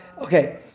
Okay